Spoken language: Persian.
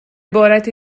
عبارت